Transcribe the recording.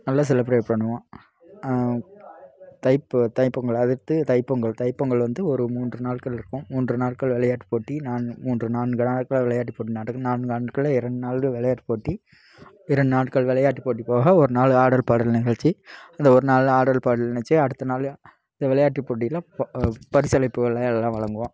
நல்லா செலப்ரேட் பண்ணுவோம் தைப்பொ தைப்பொங்கல் அடுத்து தைப்பொங்கல் தைப்பொங்கல் வந்து ஒரு மூன்று நாட்கள் இருக்கும் மூன்று நாட்கள் விளையாட்டுப் போட்டி நான் மூன்று நான்கு நாட்கள் விளையாட்டுப் போட்டி நடக்கும் நான்கு நாட்களில் இரண்டு நாள் விளையாட்டுப் போட்டி இரண்டு நாட்கள் விளையாட்டுப் போட்டி போக ஒரு நாள் ஆடல் பாடல் நிகழ்ச்சி அந்த ஒரு நாள் ஆடல் பாடல் நிகழ்ச்சி அடுத்த நாள் இந்த விளையாட்டுப் போட்டியில் ப பரிசளிப்பு விழாவில எல்லாம் வழங்குவோம்